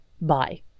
Bye